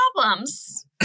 problems